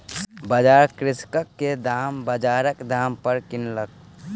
सरकार कृषक के धान बजारक दाम पर किनलक